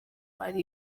ari